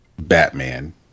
Batman